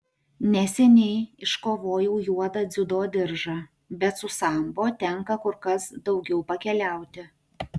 neseniai iškovojau juodą dziudo diržą bet su sambo tenka kur kas daugiau pakeliauti